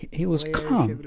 he was calm, but